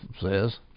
says